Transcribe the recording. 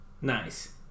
Nice